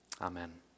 Amen